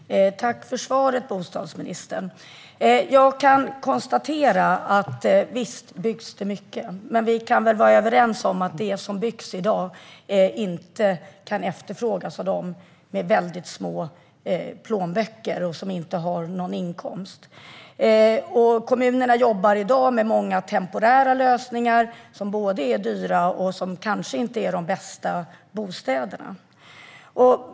Herr talman! Tack för svaret, bostadsministern! Jag kan konstatera att visst byggs det mycket. Men vi kan väl vara överens om att det som byggs i dag inte kan efterfrågas av dem med väldigt liten plånbok som inte har någon inkomst. Kommunerna jobbar i dag med många temporära lösningar som både är dyra och som kanske inte är de bästa bostäderna.